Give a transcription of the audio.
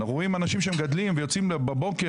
רואים אנשים שמגדלים ויוצאים בבוקר